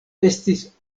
estis